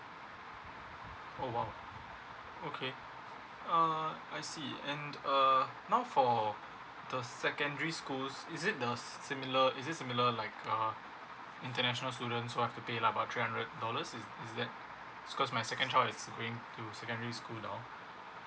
oh !wow! okay uh I see and uh now for the secondary school is it the similar is it similar like uh international students so I have to pay about three hundred dollars is is that because my second child is being to secondary school now